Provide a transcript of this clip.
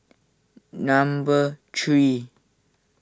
number three